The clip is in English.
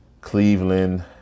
Cleveland